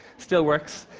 still works.